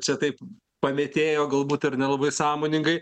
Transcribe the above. čia taip pamėtėjo galbūt ir nelabai sąmoningai